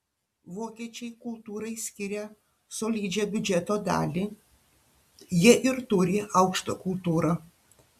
vokiečiai kultūrai skiria solidžią biudžeto dalį jie ir turi aukštą kultūrą